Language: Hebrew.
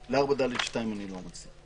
לסעיף 4(ד)(2) אני לא מציע.